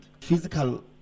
Physical